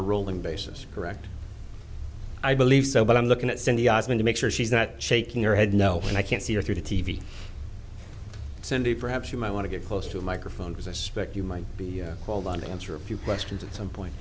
a rolling basis correct i believe so but i'm looking at cindy as me to make sure she's not shaking your head no i can't see her through the t v cindy perhaps you might want to get close to a microphone because i suspect you might be called on to answer a few questions at some point